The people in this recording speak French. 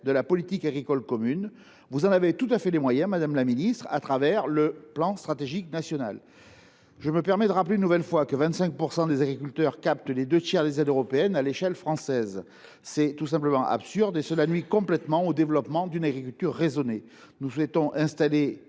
de la politique agricole commune (PAC). Vous en avez tout à fait les moyens, madame la ministre, le plan stratégique national (PSN). Je me permets de rappeler une nouvelle fois que 25 % des agriculteurs captent les deux tiers des aides européennes à l’échelle française. Cette concentration absurde nuit au développement d’une agriculture raisonnée. Nous souhaitons que